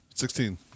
Sixteen